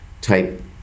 type